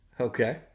Okay